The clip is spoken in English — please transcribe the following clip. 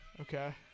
Okay